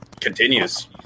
continues